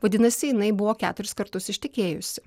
vadinasi jinai buvo keturis kartus ištekėjusi